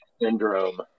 syndrome